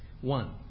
One